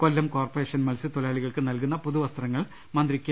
കൊല്ലം corporation മത്സ്യത്തൊഴിലാളികൾക്ക് നൽകുന്ന പുതുവസ്ത്രങ്ങൾ മന്ത്രി കെ